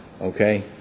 Okay